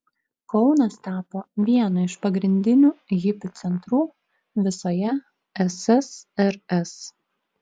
kaunas tapo vienu iš pagrindinių hipių centrų visoje ssrs